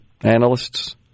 analysts